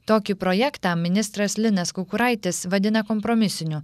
tokį projektą ministras linas kukuraitis vadina kompromisiniu